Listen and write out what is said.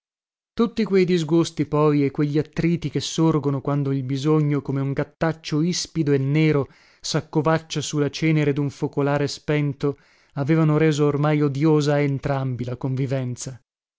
tutti quei disgusti poi e quegli attriti che sorgono quando il bisogno come un gattaccio ispido e nero saccovaccia su la cenere dun focolare spento avevano reso ormai odiosa a entrambi la convivenza